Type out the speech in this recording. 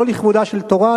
לא לכבודה של תורה,